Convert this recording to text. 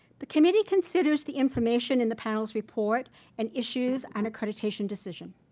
the committee considers the information in the panel's report and issues an accreditation decision.